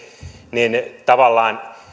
niin tavallaan